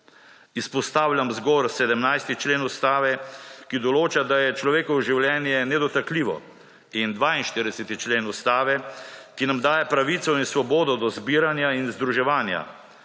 Izpostavljam zgolj 17. člen Ustave, ki določa, da je človekovo življenje nedotakljivo in 42. člen Ustave, ki nam daje pravico in svobodo do zbiranja in združevanja.